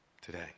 today